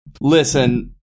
Listen